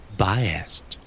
biased